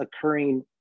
occurring